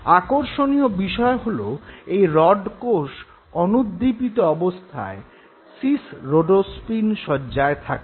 আকর্ষণীয় বিষয় হল এই রড কোষ অনুদ্দীপিত দশায় সিস রোডোস্পিন সজ্জায় থাকে